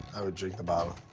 i would drink the bottle.